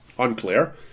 Unclear